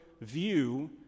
view